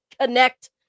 connect